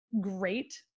great